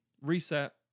reset